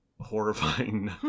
horrifying